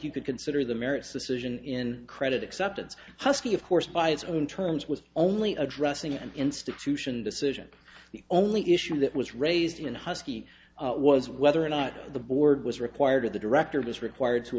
you could consider the merits decision in credit acceptance huskey of course by its own terms with only addressing an institution decision the only issue that was raised in husky was whether or not the board was required of the director was required to